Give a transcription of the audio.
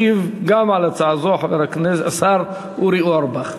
ישיב גם על הצעה זו השר אורי אורבך.